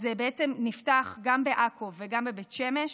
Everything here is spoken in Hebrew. אז זה נפתח גם בעכו וגם בבית שמש,